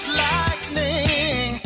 lightning